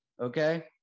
okay